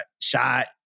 shot